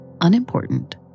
unimportant